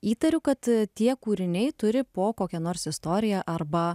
įtariu kad tie kūriniai turi po kokią nors istoriją arba